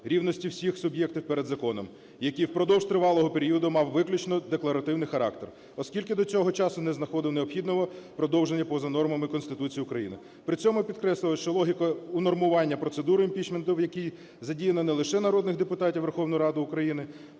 рівності всіх суб’єктів перед законом, який впродовж тривалого періоду мав виключно декларативний характер, оскільки до цього часу не знаходив необхідного продовження поза нормами Конституції України. При цьому підкреслюю, що логіка унормування процедури імпічменту, в якій задіяно не лише народних депутатів Верховної Ради України